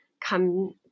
come